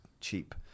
cheap